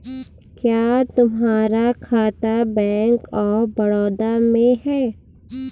क्या तुम्हारा खाता बैंक ऑफ बड़ौदा में है?